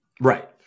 Right